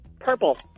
Purple